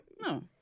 no